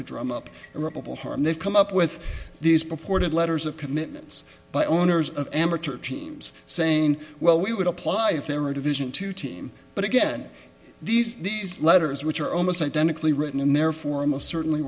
could drum up rebel harm they've come up with these before did letters of commitments by owners of amateur teams saying well we would apply if there were division two team but again these these letters which are almost identically written and therefore most certainly